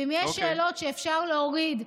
ואם יש שאלות שאפשר להוריד,